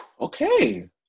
Okay